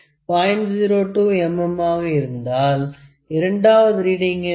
02 mm ஆக இருந்தால் இரண்டாவது ரீடிங் என்ன